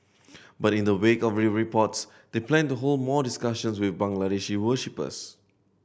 but in the wake of reports they plan to hold more discussions with Bangladeshi worshippers